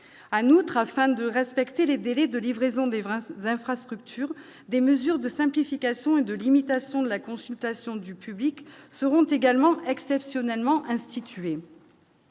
notre afin de respecter les délais de livraison des vraies d'infrastructures, des mesures de simplification et de limitation de la consultation du public seront également exceptionnellement institué.